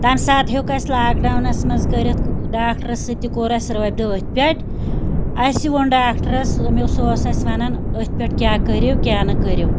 تَمہِ ساتہٕ ہیٛوک اسہِ لاک ڈَونَس منٛز کٔرِتھ ڈاکٹرَس سۭتۍ تہِ کوٚر اسہِ رٲبطہٕ أتھۍ پٮ۪ٹھ اسہِ ووٚن ڈاکٹرَس تٔمۍ سُہ اوس اسہِ وَنان أتھۍ پٮ۪ٹھ کیٛاہ کٔرِو کیٛاہ نہٕ کٔرِو